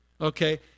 okay